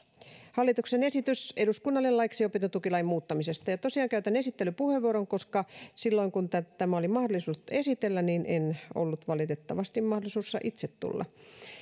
hallituksen esitys eduskunnalle laiksi opintotukilain muuttamisesta ja tosiaan käytän esittelypuheenvuoron koska silloin kun tämä oli mahdollisuus esitellä minulla ei valitettavasti ollut mahdollisuutta itse tulla